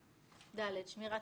אם היום, במציאות